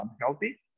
unhealthy